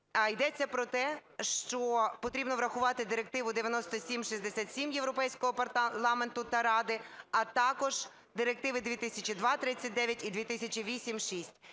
Йдеться про те, що потрібно врахувати Директиву 9767 Європейського парламенту та Ради, а також Директиви 2002/39 і 2008/6.